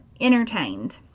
entertained